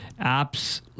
apps